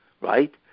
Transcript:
right